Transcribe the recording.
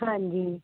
ਹਾਂਜੀ